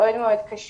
מאוד מאוד קשות.